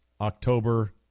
October